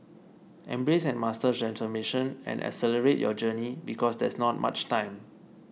embrace and master transformation and accelerate your journey because there's not much time